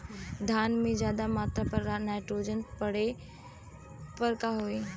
धान में ज्यादा मात्रा पर नाइट्रोजन पड़े पर का होई?